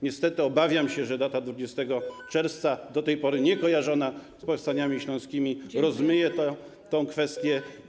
Niestety obawiam się, że data 20 czerwca, do tej pory niekojarzona z powstaniami śląskimi, rozmyje tę kwestię.